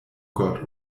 gott